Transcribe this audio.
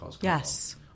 Yes